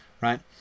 right